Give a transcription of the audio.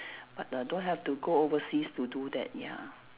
but err don't have to go overseas to do that ya